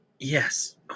Yes